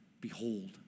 Behold